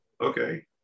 Okay